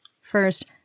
First